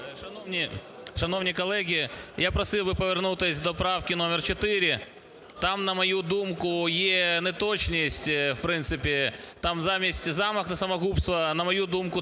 Шановні колеги! Я просив би повернутись до правки номер 4. Там, на мою думку, є не точність, в принципі там замість "замах на самогубство", на мою думку,